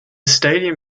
stadium